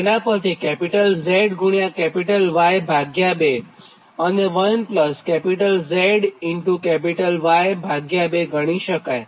તેનાં પરથી ZY2 અને 1ZY2 ગણી શકાય